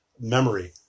memory